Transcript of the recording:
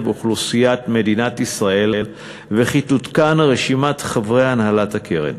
אוכלוסיית מדינת ישראל וכי תותקן רשימת חברי הנהלת הקרן.